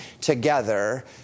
together